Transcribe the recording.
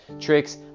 tricks